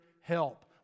help